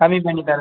கம்மி பண்ணி தரறேன்